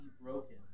broken